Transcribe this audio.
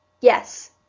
Yes